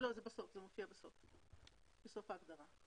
זה מופיע בסוף ההגדרה.